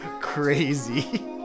crazy